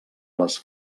les